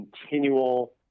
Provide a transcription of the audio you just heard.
continual